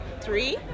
Three